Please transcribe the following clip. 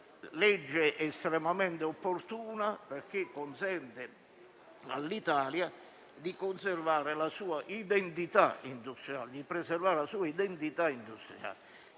legge estremamente opportuna, perché consente all'Italia di preservare la sua identità industriale